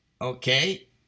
Okay